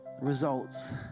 results